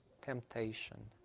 temptation